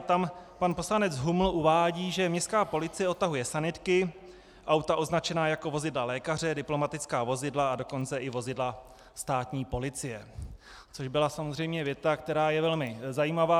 Tam pan poslanec Huml uvádí, že městská policie odtahuje sanitky, auta označená jako vozidla lékaře, diplomatická vozidla, a dokonce i vozidla státní policie, což byla samozřejmě věta, která je velmi zajímavá.